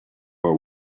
are